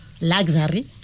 luxury